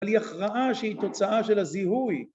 אבל היא הכרעה שהיא תוצאה של הזיהוי.